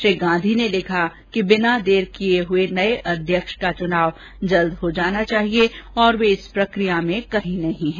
श्री गांधी ने लिखा कि बिना देर किए हुए नए अध्यक्ष का चुनाव जल्द हो जाना चाहिए और वे इस प्रकिया में कही नहीं हैं